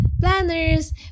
planners